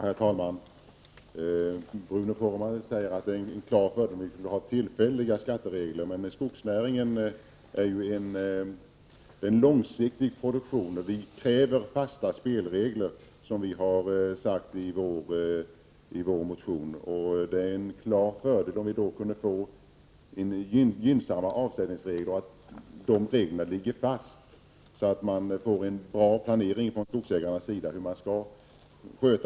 | Herr talman! Bruno Poromaa säger att det är en klar fördel att ha tillfälliga | skatteregler, men skogsnäringen har ju en långsiktig produktion och därför krävs fasta spelregler, såsom vi har framhållit i vår motion. Det skulle vara fördelaktigt om vi kunde få gynnsamma avsättningsregler som ligger fast, så att skogsägarna kan göra en bra planering med avseende på hur man skall | sköta och avverka skogen.